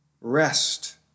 rest